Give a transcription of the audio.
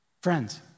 Friends